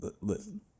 listen